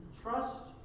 Trust